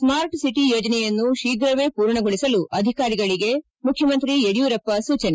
smart city ಯೋಜನೆಯನ್ನು ಶೀಘವೇ ಪೂರ್ಣಗೊಳಿಸಲು ಅಧಿಕಾರಿಗಳಿಗೆ ಮುಖ್ಯಮಂತ್ರಿ ಯಡಿಯೂರಪ್ಪ ಸೂಚನೆ